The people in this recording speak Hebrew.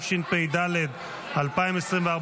התשפ"ד 2024,